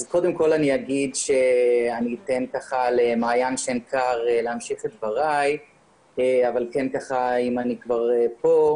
אני אתן למעין שנקר להמשיך את דבריי אבל אם אני כבר כאן,